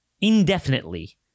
indefinitely